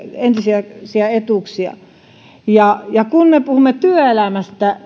ensisijaisia etuuksia ja ja kun me puhumme työelämästä